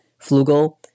Flugel